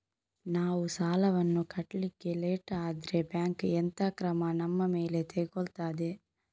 ನಾವು ಸಾಲ ವನ್ನು ಕಟ್ಲಿಕ್ಕೆ ಲೇಟ್ ಆದ್ರೆ ಬ್ಯಾಂಕ್ ಎಂತ ಕ್ರಮ ನಮ್ಮ ಮೇಲೆ ತೆಗೊಳ್ತಾದೆ?